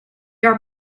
are